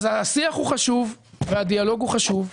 אז השיח הוא חשוב והדיאלוג הוא חשוב.